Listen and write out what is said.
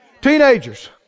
Teenagers